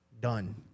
done